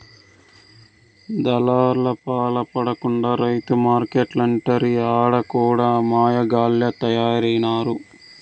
దళార్లపాల పడకుండా రైతు మార్కెట్లంటిరి ఆడ కూడా మాయగాల్లె తయారైనారు